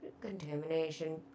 contamination